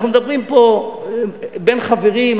אנחנו מדברים פה בין חברים,